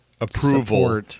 approval